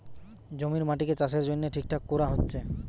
জমির মাটিকে চাষের জন্যে ঠিকঠাক কোরা হচ্ছে